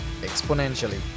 exponentially